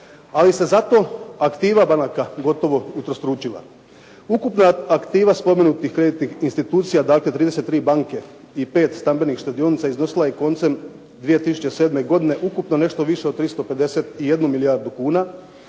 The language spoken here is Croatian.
Ali se zato aktiva banaka gotovo utrostručila. Ukupna aktiva spomenutih kreditnih institucija dakle 33 banke i 5 stambenih štedionica iznosila je koncem 2007. godine ukupno nešto više od 351 milijardu kuna.